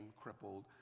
crippled